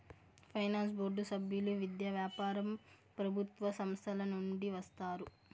finance board సభ్యులు విద్య, వ్యాపారం ప్రభుత్వ సంస్థల నుండి వస్తారు